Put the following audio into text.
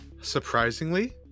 Surprisingly